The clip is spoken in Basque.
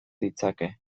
ditzake